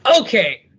Okay